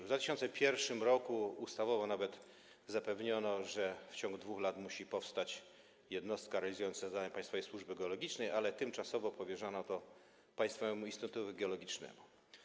W 2001 r. ustawowo nawet zapewniono, że w ciągu 2 lat musi powstać jednostka realizująca zadania państwowej służby geologicznej, ale tymczasowo powierzono to Państwowego Instytutowi Geologicznemu.